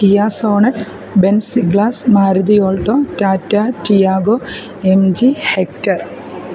Kia sonnet Benz C class Maruti alto Tata Tiago MG hector